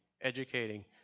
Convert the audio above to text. educating